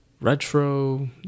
retro